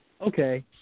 Okay